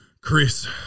Chris